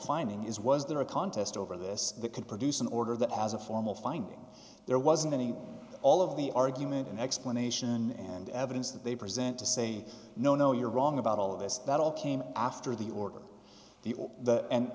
finding is was there a contest over this that could produce an order that has a formal finding there wasn't any all of the argument an explanation and evidence that they present to say no no you're wrong about all of this that all came after the order the